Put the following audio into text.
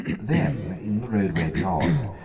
then, in the roadway beyond,